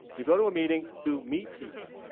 you go to a meeting to meet people,